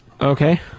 Okay